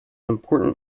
important